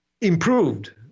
improved